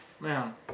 Man